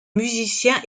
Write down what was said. musicien